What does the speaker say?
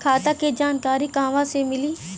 खाता के जानकारी कहवा से मिली?